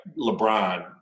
LeBron